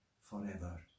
forever